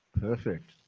Perfect